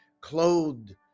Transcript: clothed